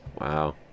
Wow